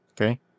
Okay